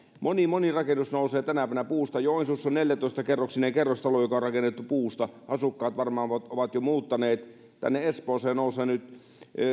moni moni rakennus nousee tänä päivänä puusta joensuussa on neljätoista kerroksinen kerrostalo joka on rakennettu puusta asukkaat varmaan ovat ovat jo muuttaneet tänne espooseen nousee nyt